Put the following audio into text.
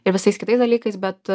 ir visais kitais dalykais bet